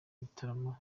gitaramo